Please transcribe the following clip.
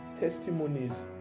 testimonies